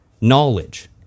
Knowledge